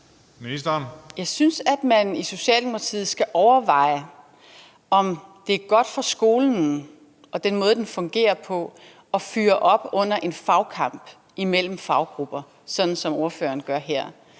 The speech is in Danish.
Jeg synes, at man i Socialdemokratiet skal overveje, om det er godt for skolen og den måde, den fungerer på, at fyre op under en fagkamp imellem faggrupper, sådan som ordføreren gør her.